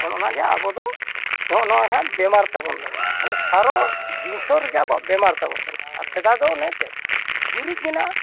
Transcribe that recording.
ᱚᱱ ᱚᱱᱟ ᱜᱮ ᱟᱵᱚ ᱫᱚ ᱱᱚᱜ ᱱᱚᱣᱟ ᱦᱟᱸᱜ ᱵᱤᱢᱟᱨ ᱛᱟᱵᱚᱱ ᱫᱚ ᱢᱟᱱᱮ ᱥᱟᱨᱚ ᱡᱤᱱᱤᱥ ᱨᱮᱜᱮ ᱟᱵᱚᱣᱟᱜ ᱵᱤᱢᱟᱨ ᱛᱟᱵᱚᱱ ᱢᱮᱱᱟᱜᱼᱟ ᱟᱨ ᱥᱮᱫᱟᱭ ᱫᱚ ᱚᱱᱮ ᱪᱮᱫ ᱜᱩᱨᱤᱡ ᱢᱮᱱᱟᱜᱼᱟ